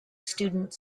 student